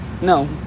No